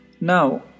Now